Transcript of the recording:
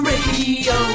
Radio